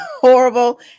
horrible